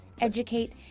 educate